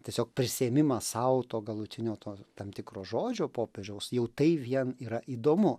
tiesiog prisiėmimas sau to galutinio to tam tikro žodžio popiežiaus jau tai vien yra įdomu